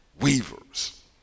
weavers